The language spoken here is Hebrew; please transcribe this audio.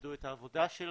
איבדו את העבודה שלהם.